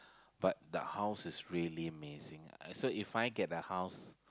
but the house is really amazing so If I get a house